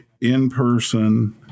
in-person